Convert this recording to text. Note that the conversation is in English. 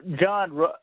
John